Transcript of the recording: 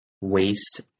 waste